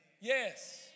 Yes